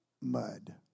mud